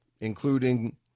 including